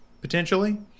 potentially